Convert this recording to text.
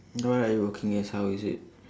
what are you working as how is it